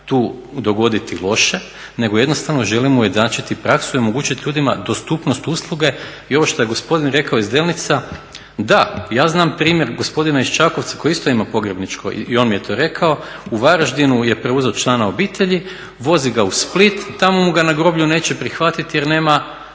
tu dogoditi loše, nego jednostavno želimo ujednačiti praksu i omogućiti ljudima dostupnost usluge. I ovo što je gospodin rekao iz Delnica. Da, ja znam primjer gospodina iz Čakovca koji isto ima pogrebničko i on mi je to rekao. U Varaždinu je preuzeo člana obitelji, vozi ga u Split. Tamo mu ga na groblju neće prihvatiti jer nema